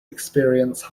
experience